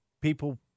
people